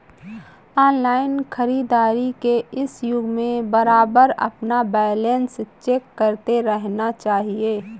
online खरीदारी के इस युग में बारबार अपना बैलेंस चेक करते रहना चाहिए